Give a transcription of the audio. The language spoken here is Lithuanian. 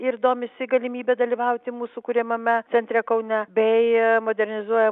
ir domisi galimybe dalyvauti mūsų kuriamame centre kaune bei modernizuoja